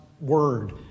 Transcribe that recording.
Word